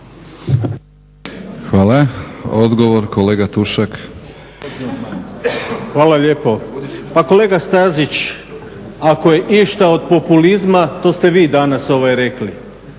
laburisti - Stranka rada)** Hvala lijepo. Pa kolega Stazić ako je išta od populizma to ste vi danas rekli.